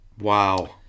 Wow